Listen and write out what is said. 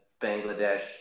Bangladesh